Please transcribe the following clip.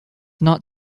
not